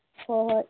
ꯍꯣ ꯍꯣꯏ